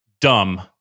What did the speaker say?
dumb